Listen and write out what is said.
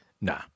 Nah